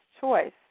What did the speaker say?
choice